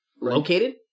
located